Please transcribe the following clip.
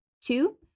Two